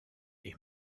est